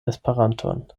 esperanton